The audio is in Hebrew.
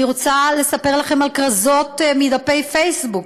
אני רוצה לספר לכם על כרזות מדפי פייסבוק,